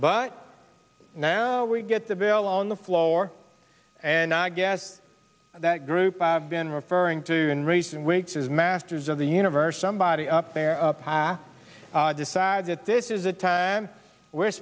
but now we get the bill on the floor and i guess that group i've been referring to in recent weeks is masters of the universe somebody up their path decided that this is the time we're